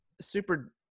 super